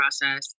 process